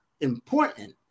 important